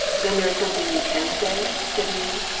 then there is something you can say? said neale.